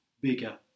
bigger